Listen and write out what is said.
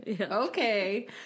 okay